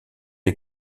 est